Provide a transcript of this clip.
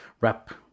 wrap